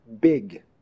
big